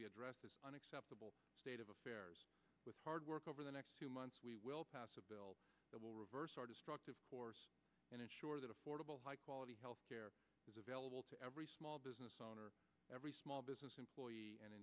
we address the unacceptable state of affairs with hard work over the next two months we will pass a bill that will reverse our destructive force and ensure that affordable high quality health care is available to every small business owner every small business